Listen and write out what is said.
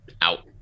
out